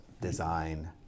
design